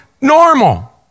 normal